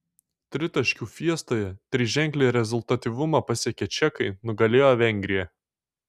tritaškių fiestoje triženklį rezultatyvumą pasiekę čekai nugalėjo vengriją